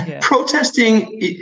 Protesting